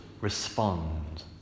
respond